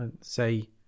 say